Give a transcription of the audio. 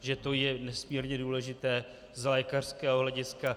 Že to je nesmírně důležité z lékařského hlediska.